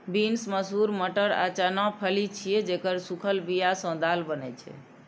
beans, मसूर, मटर आ चना फली छियै, जेकर सूखल बिया सं दालि बनै छै